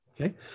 Okay